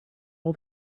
all